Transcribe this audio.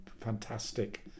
fantastic